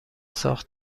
ساخت